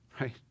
right